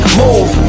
move